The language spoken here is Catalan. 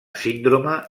síndrome